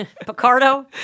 Picardo